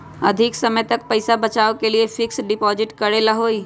अधिक समय तक पईसा बचाव के लिए फिक्स डिपॉजिट करेला होयई?